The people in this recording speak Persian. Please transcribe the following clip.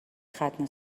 ختنه